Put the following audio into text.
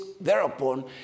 thereupon